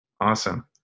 Awesome